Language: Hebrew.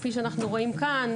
כפי שאנחנו רואים כאן,